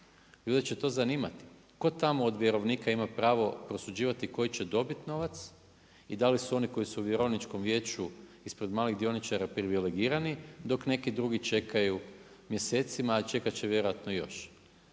Ljude će to zanimat. Ko tamo do vjerovnika ima pravo prosuđivati koji će dobit novac, i da li su oni koji su u Vjerovničkom vijeću ispred malih dioničara privilegirani, dok neki drugi čekaju mjesecima a čekat će vjerojatno još.